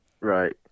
right